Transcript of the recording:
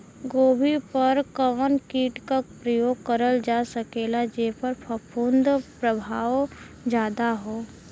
गोभी पर कवन कीट क प्रयोग करल जा सकेला जेपर फूंफद प्रभाव ज्यादा हो?